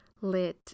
lit